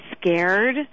scared